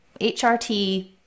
HRT